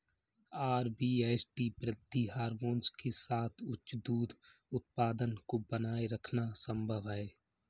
RBST वृद्धि hormone के साथ उच्च दूध उत्पादन को बनाए रखना संभव है